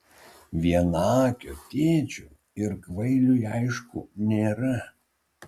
vienaakio tėčio ir kvailiui aišku nėra